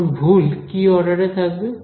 এখন ভুল কি অর্ডারে থাকবে